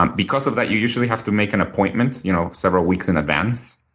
um because of that, you usually have to make an appointment you know several weeks in advance,